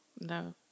no